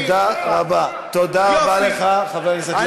תודה רבה, חבר הכנסת לוי.